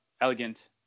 elegant